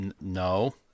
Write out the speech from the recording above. no